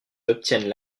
obtiennent